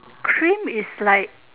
cream is like